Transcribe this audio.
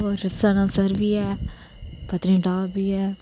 और सनासर बी ऐ पतनीटाप बी ऐ